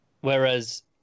whereas